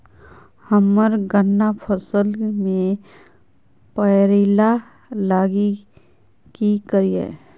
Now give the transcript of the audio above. हम्मर गन्ना फसल मे पायरिल्ला लागि की करियै?